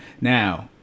Now